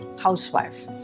housewife